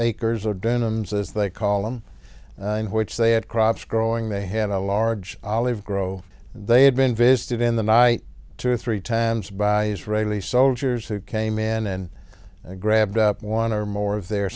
acres of denham's as they call them in which they had crops growing they had a large olive grow they had been visited in the night two or three times by israeli soldiers who came in and grabbed up one or more of their